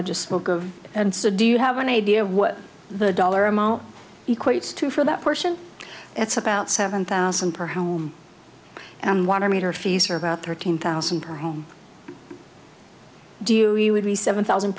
i just spoke of and so do you have any idea what the dollar amount equates to for that person it's about seven thousand perhaps and water meter fees are about thirteen thousand per home do you you would be seven thousand